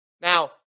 Now